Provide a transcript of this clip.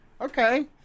Okay